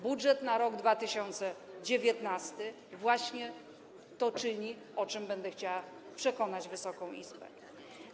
Budżet na rok 2019 właśnie to czyni, o czym będę chciała przekonać Wysoką Izbę.